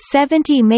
Seventy